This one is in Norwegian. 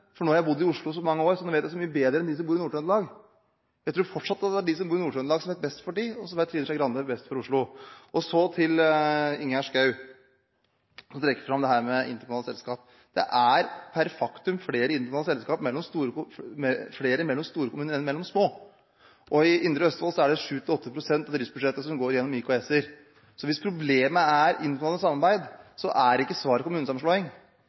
for nå har man bodd i Oslo så mange år at man vet så mye bedre enn de som bor i Nord-Trøndelag. Jeg tror fortsatt det er de som bor i Nord-Trøndelag, som vet best for dem, og så vet Trine Skei Grande best for Oslo. Så til Ingjerd Schou, som trekker fram dette med interkommunale selskap. Det er et faktum at det er flere interkommunale selskap mellom store kommuner enn mellom små. I Indre Østfold går mellom 7–8 pst. av driftsbudsjettet gjennom IKS-er. Hvis problemet er interkommunalt samarbeid, er ikke svaret kommunesammenslåing.